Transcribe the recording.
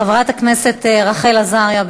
חברת הכנסת רחל עזריה,